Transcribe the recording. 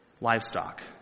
livestock